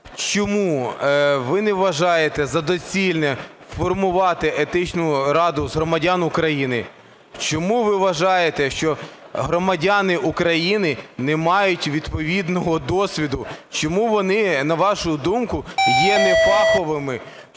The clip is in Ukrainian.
чому ви не вважаєте за доцільне формувати Етичну раду з громадян України? Чому ви вважаєте, що громадяни України не мають відповідного досвіду? Чому вони, на вашу думку, є нефаховими?